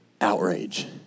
outrage